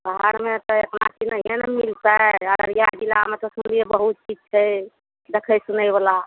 बाहरमे तऽ एतना चीज नहिए ने मिलतै अररिया जिलामे तऽ सुनलियै बहुत चीज छै देखै सुनै बला